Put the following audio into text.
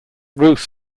roof